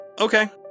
okay